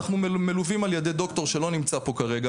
אנחנו מלווים על ידי דוקטור שלא נמצא פה כרגע,